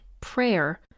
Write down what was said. prayer